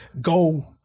Go